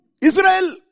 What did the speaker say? Israel